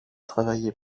travaillée